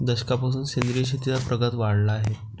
दशकापासून सेंद्रिय शेतीचा प्रघात वाढला आहे